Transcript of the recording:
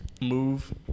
move